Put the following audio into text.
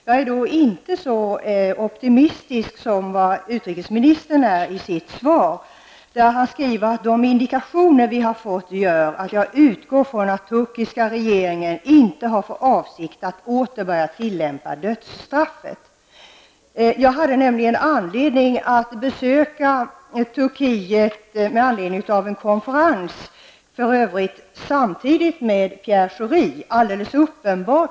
Jag är inte så optimistisk som utrikesministern är i sitt svar, där han förklarar: ''De indikationer vi fått gör att jag utgår från att turkiska regeringen inte har för avsikt att åter börja tillämpa dödsstraff.'' Jag hade på grund av en konferens anledning att besöka Turkiet, och detta skedde för övrigt samtidigt med Pierre Schoris besök.